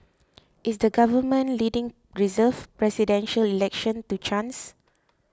is the government leaving 'reserved' Presidential Election to chance